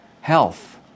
health